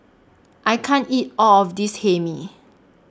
I can't eat All of This Hae Mee